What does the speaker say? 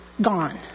gone